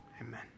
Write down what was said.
Amen